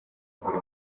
buri